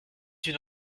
une